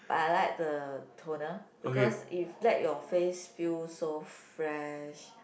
but I like the toner because if let your face feel so fresh